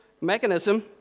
mechanism